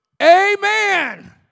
Amen